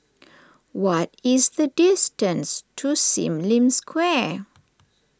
what is the distance to Sim Lim Square